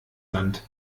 land